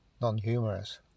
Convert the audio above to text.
non-humorous